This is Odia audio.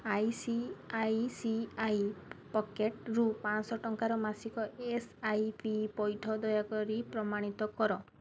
I C I C I pocket ପାଞ୍ଚଶହ ଟଙ୍କାର ମାସିକ ଏସ୍ ଆଇ ପି ପଇଠ ଦୟାକରି ପ୍ରମାଣିତ କର